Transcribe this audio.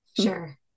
Sure